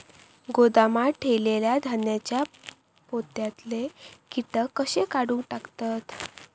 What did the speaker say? गोदामात ठेयलेल्या धान्यांच्या पोत्यातले कीटक कशे काढून टाकतत?